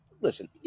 Listen